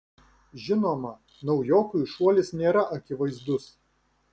žinoma naujokui šuolis nėra akivaizdus